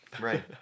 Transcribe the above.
Right